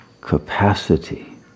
capacity